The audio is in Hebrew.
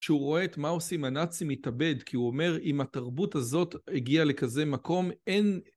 שהוא רואה את מה עושים הנאצים מתאבד כי הוא אומר אם התרבות הזאת הגיעה לכזה מקום אין